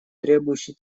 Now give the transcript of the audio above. требующий